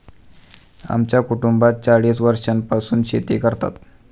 आमच्या कुटुंबात चाळीस वर्षांपासून शेती करतात